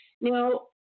Now